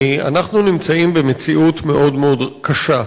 אנחנו נמצאים במציאות מאוד מאוד קשה.